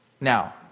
Now